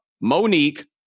Monique